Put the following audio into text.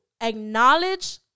acknowledge